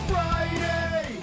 Friday